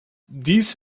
dies